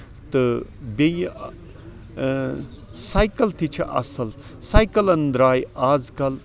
تہٕ بیٚیہِ سیکل تہِ چھِ اَصٕل سیکَلن درایہِ آز کَل